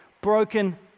broken